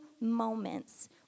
moments